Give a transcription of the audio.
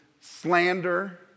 slander